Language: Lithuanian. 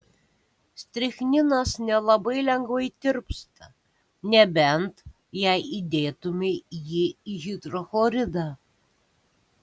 strichninas nelabai lengvai tirpsta nebent jei įdėtumei jį į hidrochloridą